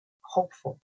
hopeful